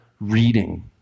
reading